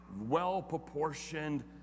well-proportioned